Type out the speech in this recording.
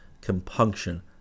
compunction